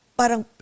parang